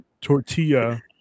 tortilla